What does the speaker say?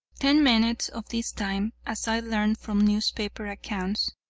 ten minutes of this time, as i learned from newspaper accounts,